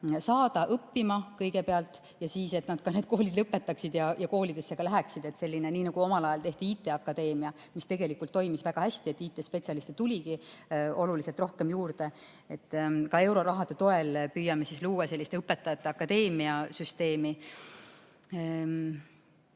saada neid rohkem õppima ja et nad siis ka kooli lõpetaksid ja koolidesse läheksid. Nii nagu omal ajal tehti IT Akadeemia, mis tegelikult toimis väga hästi, IT‑spetsialiste tuligi oluliselt rohkem juurde. Ka eurorahade toel püüame luua sellist õpetajate akadeemia süsteemi.